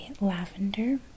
lavender